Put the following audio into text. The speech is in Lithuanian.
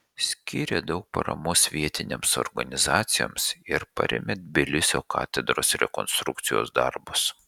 skyrė daug paramos vietinėms organizacijoms ir parėmė tbilisio katedros rekonstrukcijos darbus